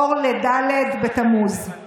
אור לד' בתמוז.